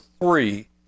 three